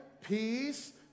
peace